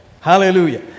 Hallelujah